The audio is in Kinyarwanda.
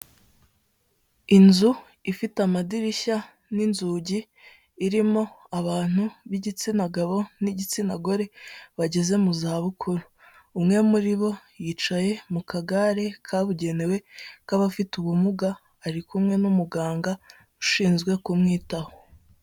Inzu ifite amadirishya n'inzugi, irimo abantu b'igitsina gabo n'igitsina gore bageze mu za bukuru, umwe muri bo yicaye mu kagare kabugenewe k'abafite ubumuga ari kumwe n'umuganga ushinzwe kumwitaho.